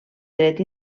dret